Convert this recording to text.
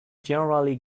generally